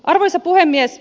arvoisa puhemies